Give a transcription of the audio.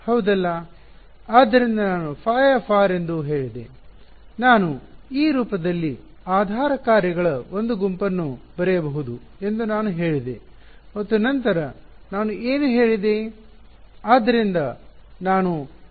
ಆದ್ದರಿಂದ ನಾನು ϕ ಎಂದು ಹೇಳಿದೆ ನಾನು ಈ ರೂಪದಲ್ಲಿ ಆಧಾರ ಕಾರ್ಯಗಳ ಒಂದು ಗುಂಪನ್ನು ಬರೆಯಬಹುದು ಎಂದು ನಾನು ಹೇಳಿದೆ ಮತ್ತು ನಂತರ ನಾನು ಏನು ಹೇಳಿದೆ